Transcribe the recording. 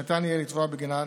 שניתן יהיה לתבוע בגינה נזיקין.